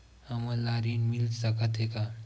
हमन ला ऋण मिल सकत हे का?